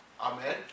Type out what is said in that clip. Amen